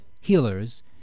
healers